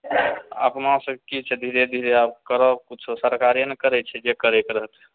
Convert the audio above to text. अपना सब किछु धीरे धीरे आब करब कुछो सरकारे ने करै छै जे करैके रहै छै